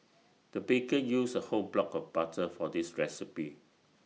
the baker used A whole block of butter for this recipe